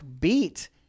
beat